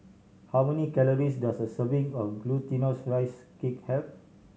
how many calories does a serving of Glutinous Rice Cake have